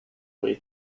way